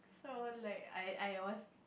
so like I I was